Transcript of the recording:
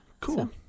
Cool